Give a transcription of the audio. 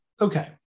okay